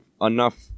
enough